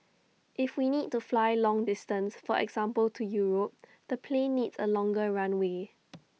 if we need to fly long distance for example to Europe the plane needs A longer runway